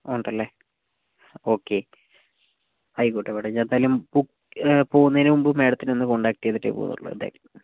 ഉണ്ടല്ലേ ഓക്കേ ആയിക്കോട്ടേ മേഡം ഞാൻ എന്തായാലും പോകുന്നതിനു മുൻപ് മേഡത്തിനേ കോണ്ടാക്റ്റ് ചെയ്തിട്ടേ പോവുള്ളൂ എന്തായാലും